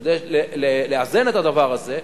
כדי לאזן את הדבר הזה,